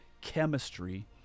chemistry